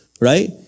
right